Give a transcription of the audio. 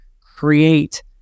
create